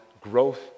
growth